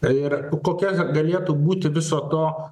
tai ir kokia galėtų būti viso to